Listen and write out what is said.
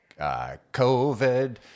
COVID